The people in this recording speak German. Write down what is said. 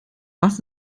was